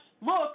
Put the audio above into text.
look